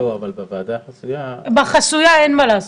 אבל בוועדה החסויה --- בחסויה אין מה לעשות.